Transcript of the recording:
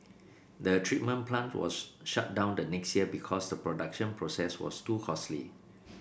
the treatment plant was shut down the next year because the production process was too costly